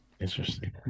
interesting